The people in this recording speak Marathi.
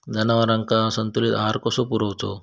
जनावरांका संतुलित आहार कसो पुरवायचो?